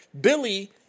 Billy